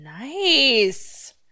nice